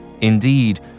Indeed